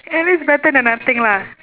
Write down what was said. at least better than nothing lah